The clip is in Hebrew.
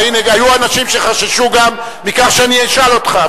היו אנשים שחששו גם מכך שאני אשאל אותך,